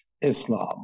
Islam